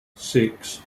six